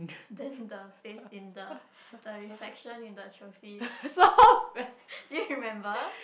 then the face in the the reflection in the trophy did you remember